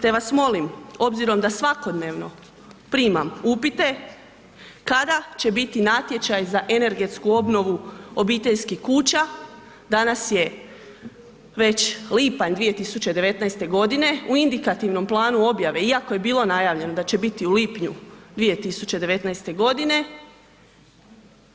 Te vas molim, obzirom da svakodnevno primam upite kada će biti natječaj za energetsku obnovu obiteljskih kuća, danas je već lipanj 2019. godine, u indikativnom planu objave iako je bilo najavljeno da će biti u lipnju 2019. godine